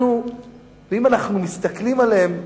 אם אנחנו מסתכלים עליהם,